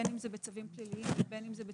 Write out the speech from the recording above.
בין אם זה בצווים פליליים ובין אם זה בצווים